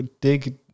dig